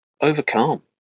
overcome